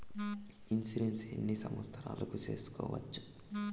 Insurance ఎన్ని సంవత్సరాలకు సేసుకోవచ్చు?